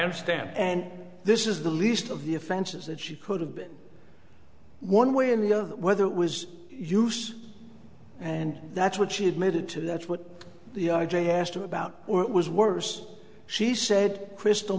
understand and this is the least of the offenses that she could have been one way and the other whether it was use and that's what she admitted to that's what the r j asked him about or it was worse she said crystal